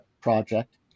project